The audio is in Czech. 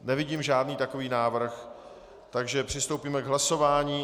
Nevidím žádný takový návrh, takže přistoupíme k hlasování.